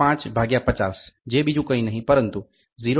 5 ભાગ્યા 50 જે બીજું કંઈ નહીં પરંતુ 0